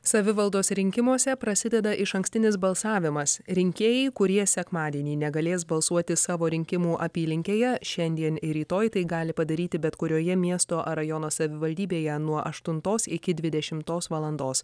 savivaldos rinkimuose prasideda išankstinis balsavimas rinkėjai kurie sekmadienį negalės balsuoti savo rinkimų apylinkėje šiandien ir rytoj tai gali padaryti bet kurioje miesto rajono savivaldybėje nuo aštuntos iki dvidešimtos valandos